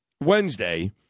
Wednesday